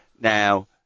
now